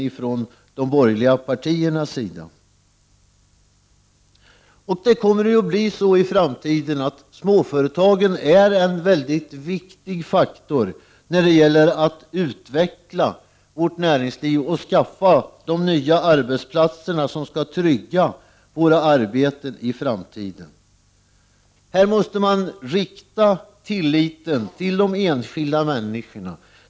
I framtiden kommer småföretagen att vara en mycket viktig faktor när det gäller att utveckla svenskt näringsliv och skaffa de nya arbetsplatser som skall trygga arbetena i framtiden. Här måste tilliten riktas mot de enskilda människorna.